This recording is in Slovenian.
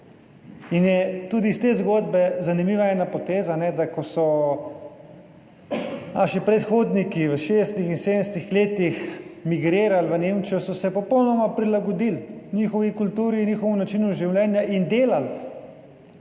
in je tudi iz te zgodbe zanimiva ena poteza, da, ko so naši predhodniki v 60. in 70. letih migrirali v Nemčijo, so se popolnoma prilagodili njihovi kulturi, njihovemu načinu življenja in delali.